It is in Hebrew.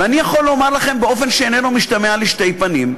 ואני יכול לומר לכם באופן שאיננו משתמע לשתי פנים: